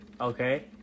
okay